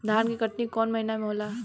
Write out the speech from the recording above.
धान के कटनी कौन महीना में होला?